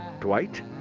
Dwight